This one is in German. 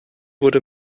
wurde